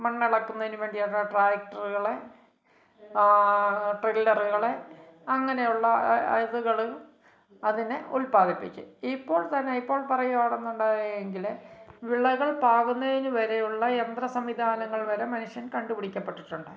മണ്ണിളക്കുന്നതിന് വേണ്ടി ആ ട്രാക്ടറുകൾ ട്രില്ലറുകൾ അങ്ങനെയുള്ള അ അത്കളും അതിനെ ഉൽപാദിപ്പിക്കും ഇപ്പോൾത്തന്നെ ഇപ്പോൾ പറയുകയാണ് എന്നുണ്ടെങ്കിൽ വിളകൾ പാകുന്നതിന് വരെയുള്ള യന്ത്ര സംവിധാനങ്ങൾ വരെ മനുഷ്യൻ കണ്ടുപിടിക്കപ്പെട്ടിട്ടുണ്ട്